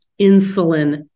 insulin